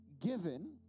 given